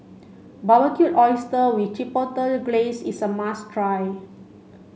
Barbecued Oysters with Chipotle Glaze is a must try